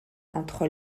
entre